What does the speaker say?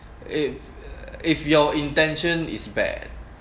if if your intention is bad